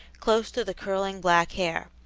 close to the curling black hair.